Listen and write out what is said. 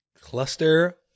Cluster